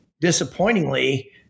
disappointingly